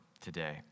today